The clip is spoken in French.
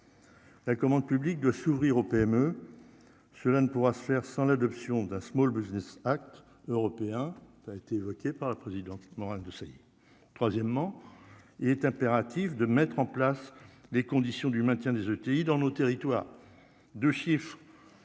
la commande publique de s'ouvrir aux PME, cela ne pourra se faire sans l'adoption d'un Small Business act européen a été évoquée par le président Morales Desailly, troisièmement, il est impératif de mettre en place les conditions du maintien des ETI dans nos territoires de chiffres